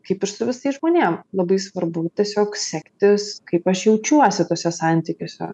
kaip ir su visais žmonėm labai svarbu tiesiog sektis kaip aš jaučiuosi tuose santykiuose